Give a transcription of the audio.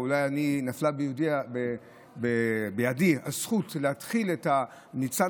ואולי נפלה בידי הזכות להתחיל את הניצן